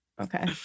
Okay